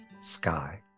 sky